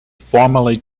formally